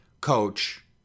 coach